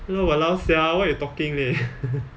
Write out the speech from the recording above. ya !walao! sia what you talking leh